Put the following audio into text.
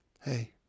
Hey